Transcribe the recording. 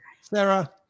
Sarah